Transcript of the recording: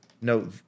No